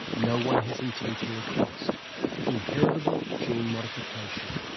no one has intentionally crossed inheritable gene modification.